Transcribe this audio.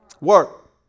Work